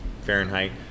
Fahrenheit